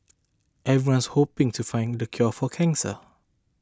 everyone's hoping to find the cure for cancer